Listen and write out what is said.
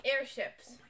airships